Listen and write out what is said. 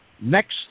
next